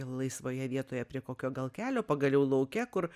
laisvoje vietoje prie kokio gal kelio pagaliau lauke kur